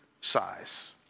size